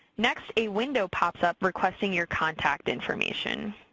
next, a window pops up requesting your contact information.